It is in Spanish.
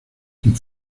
quien